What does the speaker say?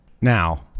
Now